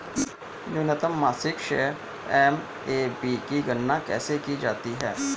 न्यूनतम मासिक शेष एम.ए.बी की गणना कैसे की जाती है?